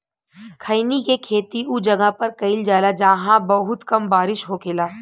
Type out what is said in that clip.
खईनी के खेती उ जगह पर कईल जाला जाहां बहुत कम बारिश होखेला